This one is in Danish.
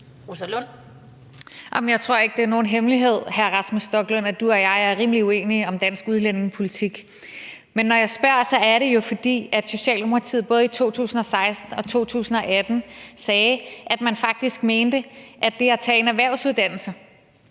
Jeg tror ikke, det er nogen hemmelighed, hr. Rasmus Stoklund, at du og jeg er rimelig uenige om dansk udlændingepolitik. Men når jeg spørger, er det jo, fordi Socialdemokratiet både i 2016 og 2018 sagde, at man faktisk i forhold til det at tage en erhvervsuddannelse